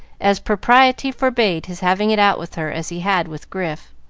as propriety forbade his having it out with her as he had with grif.